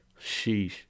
Sheesh